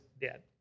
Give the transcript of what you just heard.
dead